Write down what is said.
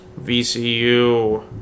VCU